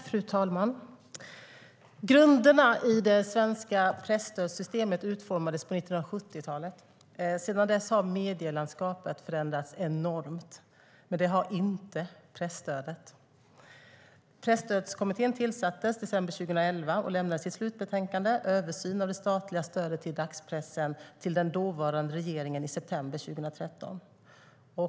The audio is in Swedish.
Fru talman! Grunderna för det svenska presstödssystemet utformades på 1970-talet. Sedan dess har medielandskapet förändrats enormt, men det har inte presstödet. Presstödskommittén tillsattes i december 2011 och lämnade sitt slutbetänkande, Översyn av det statliga stödet till dagspressen , till den dåvarande regeringen i september 2013.